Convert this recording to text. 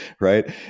right